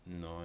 No